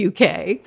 UK